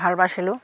ভাল পাইছিলোঁ